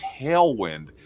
tailwind